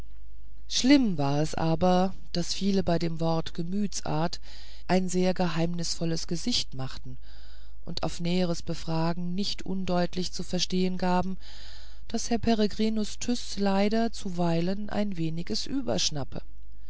schlimm war es aber daß viele bei dem worte gemütsart ein sehr geheimnisvolles gesicht machten und auf näheres befragen nicht undeutlich zu verstehen gaben daß herr peregrinus tyß leider zuweilen was weniges überschnappe